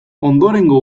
ondorengo